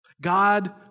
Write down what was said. God